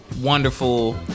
Wonderful